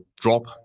drop